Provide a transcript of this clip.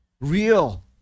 Real